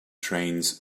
trains